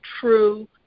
true